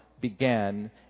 began